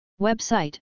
Website